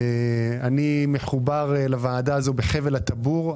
אני מחובר לוועדה הזו בחבל הטבור.